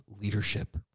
leadership